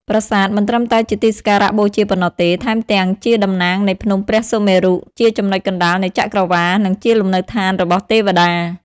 ប្រាសាទមិនត្រឹមតែជាទីសក្ការបូជាប៉ុណ្ណោះទេ ថែមទាំងជាតំណាងនៃភ្នំព្រះសុមេរុ ជាចំណុចកណ្ដាលនៃចក្រវាឡ និងជាលំនៅដ្ឋានរបស់ទេពតា។